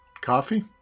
Coffee